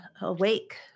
awake